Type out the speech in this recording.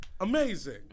amazing